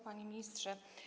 Panie Ministrze!